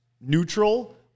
neutral